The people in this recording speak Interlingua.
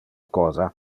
cosa